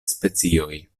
specioj